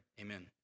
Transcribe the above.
amen